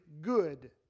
good